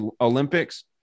Olympics